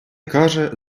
каже